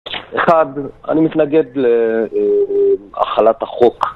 אחד, אני מתנגד להחלת החוק